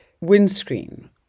windscreen